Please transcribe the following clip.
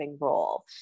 role